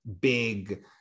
big